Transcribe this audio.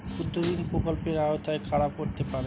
ক্ষুদ্রঋণ প্রকল্পের আওতায় কারা পড়তে পারে?